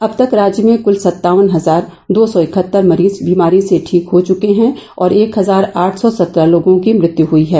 अब तक राज्य में कूल सत्तावन हजार दो सौ इकहत्तर मरीज बीमारी से ठीक हो चुके हैं और एक हजार आठ सौ सत्रह लोगों की मृत्यु हुई है